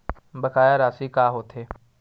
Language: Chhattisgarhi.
बकाया राशि का होथे?